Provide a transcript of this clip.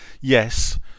yes